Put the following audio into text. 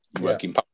Working